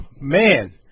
Man